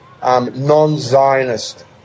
non-Zionist